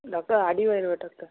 doctor அடி வயிறு doctor